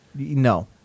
No